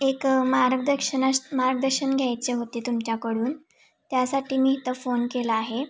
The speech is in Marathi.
एक मार्गदक्षनाश मार्गदर्शन घ्यायचे होते तुमच्याकडून त्यासाठी मी इथं फोन केला आहे